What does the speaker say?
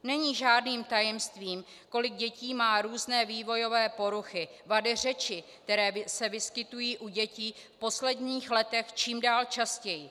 Není žádným tajemstvím, kolik dětí má různé vývojové poruchy, vady řeči, které se vyskytují u dětí v posledních letech čím dál častěji.